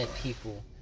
people